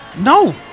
no